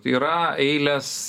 yra eilės